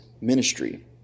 ministry